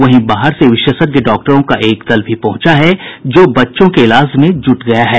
वहीं बाहर से विशेषज्ञ डॉक्टरों का एक दल भी पहुंचा है जो बच्चों के इलाज में जुट गया है